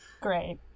Great